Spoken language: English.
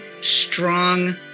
strong